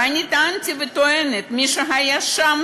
ואני טענתי וטוענת, מי שהיה טוב שם,